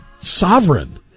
sovereign